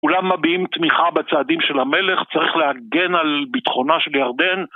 כולם מביעים תמיכה בצעדים של המלך, צריך להגן על ביטחונה של ירדן.